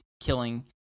killing